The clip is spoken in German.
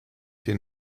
den